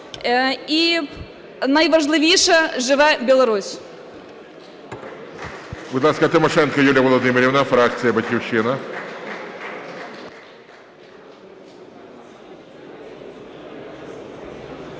і найважливіше - живе Білорусь!